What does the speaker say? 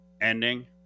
ending